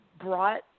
brought